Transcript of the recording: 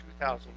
2,000